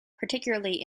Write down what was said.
particularly